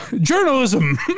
journalism